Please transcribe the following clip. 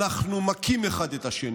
אנחנו מכים אחד את השני,